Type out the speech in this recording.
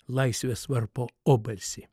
laisvės varpo obalsį